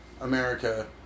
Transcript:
America